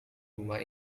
rumah